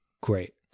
great